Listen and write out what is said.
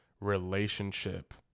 relationship